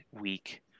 week